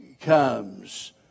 comes